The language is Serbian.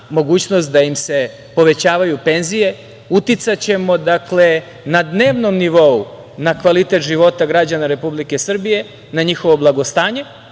mogućnost da im se povećavaju penzije. Uticaćemo, dakle, na dnevnom nivou na kvalitet života građana Republike Srbije, na njihovo blagostanje,